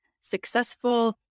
successful